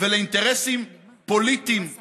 ולאינטרסים פוליטיים קטנים.